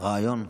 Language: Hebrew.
רעיון.